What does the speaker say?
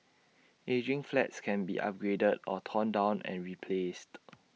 ageing flats can be upgraded or torn down and replaced